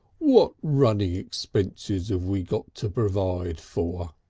what running expenses have we got to provide for?